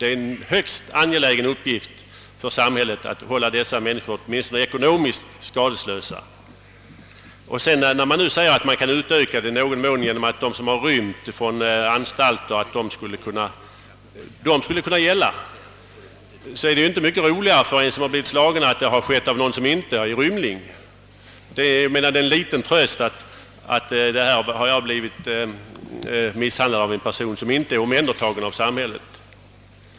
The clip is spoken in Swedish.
Det är en högst angelägen uppgift för samhället att hålla dessa skadelidande människor åtminstone ekonomiskt skadeslösa. Det framhålles nu att skyddet i någon mån kan utökas på så sätt att det skulle kunna gälla inte bara mot dem som rymt från anstalt utan också mot dem som är föremål för kriminalvård i frihet, men det är ju inte mycket roligare för den som blivit slagen att det skett av någon som inte är rymling. Det är en liten tröst att vederbörande har blivit misshandlad av en person som inte är föremål för samhällets åtgärder.